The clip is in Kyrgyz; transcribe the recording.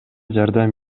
жардам